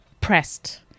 pressed